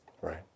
right